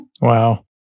Wow